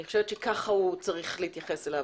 אני חושבת שכך צריך להתייחס אליו.